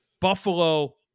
Buffalo